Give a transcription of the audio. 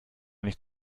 nicht